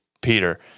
Peter